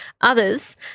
others